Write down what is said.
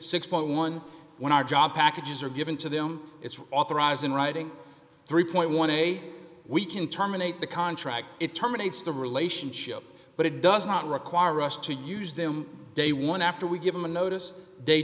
six point one when our job packages are given to them it's authorized in writing three dollars a we can terminate the contract it terminates the relationship but it does not require us to use them day one after we give them a notice day